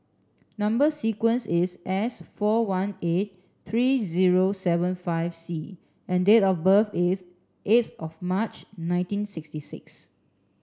number sequence is S four one eight three zero seven five C and date of birth is eighth of March nineteen sixty six